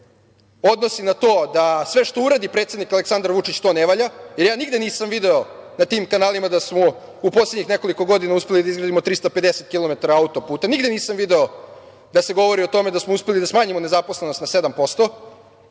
odnosi na to da sve što uradi predsednik Aleksandar Vučić to ne valja, jer ja nigde nisam video na tim kanalima da smo u poslednjih nekoliko godina uspeli da izgradimo 350 kilometara autoputa, nigde nisam video da se govori o tome da smo uspeli da smanjimo nezaposlenost na 7%,